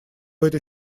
этой